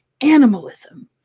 animalism